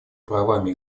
правами